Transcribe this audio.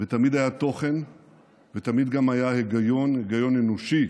ותמיד היה תוכן ותמיד גם היה היגיון, היגיון אנושי